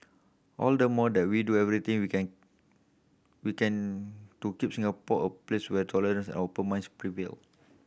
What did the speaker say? all the more that we do everything we can we can to keep Singapore a place where tolerance and open minds prevail